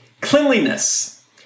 cleanliness